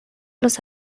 los